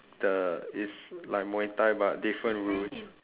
the it's like muay-thai but different rules